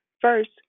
First